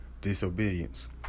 disobedience